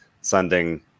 sending